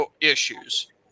issues